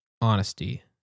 honesty